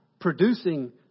producing